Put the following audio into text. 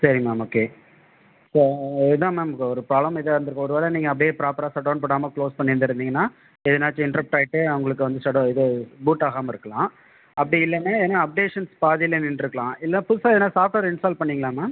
சரி ma'am okay so என்னா ma'am இப்போ ஒரு ப்ராப்ளம் இதான் இருந்துருக்கும் ஒருவேளை நீங்கள் அப்படியே ப்ராப்பராக ஷட்டவுன் போடாமல் குளோஸ் பண்ணி இருந்திருந்தீங்கன்னா எதனாச்சு இண்ட்ரெப்ட் ஆகிட்டு அவங்களுக்கு வந்து ஷடோ இது பூட் ஆகாமல் இருக்கலாம் அப்படி இல்லைன்னா எதுனா அப்டேஷன்ஸ் பாதியில் நின்றிருக்கலாம் இல்லை புதுசாக எதுனா சாஃப்ட்வேர் இன்ஸ்டால் பண்ணுணீங்களா மேம்